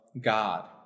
God